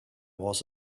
was